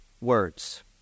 words